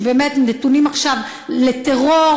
שבאמת נתונים עכשיו לטרור